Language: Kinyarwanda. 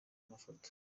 mafoto